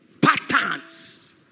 Patterns